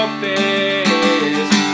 face